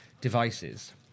devices